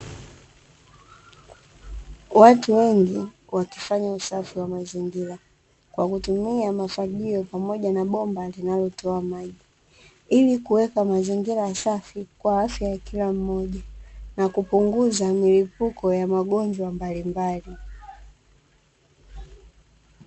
Watu wengi wakifanya usafi wa mazingira kwa kutumia mafagio pamoja na bomba linalotoa maji, ili kuweka mazingira safi kwa afya ya kila mmoja na kupunguza milipuko ya magonjwa mbalimbali.